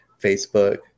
Facebook